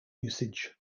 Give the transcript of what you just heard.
usage